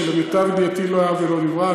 שלמיטב ידיעתי לא היה ולא נברא,